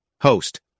Host